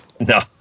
No